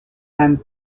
and